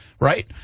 Right